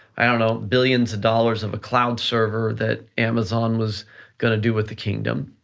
i don't know billions of dollars of a cloud server that amazon was gonna do with the kingdom,